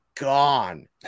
gone